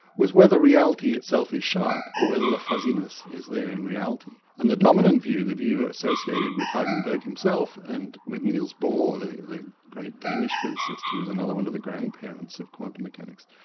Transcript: was whether reality itself is sharp, or whether the fuzziness is there in reality. and the dominant view, the view associated with heisenberg heisenberg himself and with neils borh, the the great danish physicist who's another one of the grandparents of quantum mechanics,